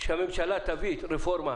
כשהממשלה תחליט את מה